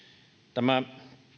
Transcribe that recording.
tämä